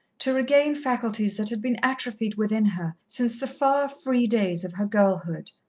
to regain faculties that had been atrophied within her since the far, free days of her girlhood.